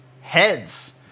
Heads